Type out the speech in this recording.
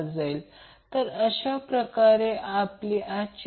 3° ampere मिळेल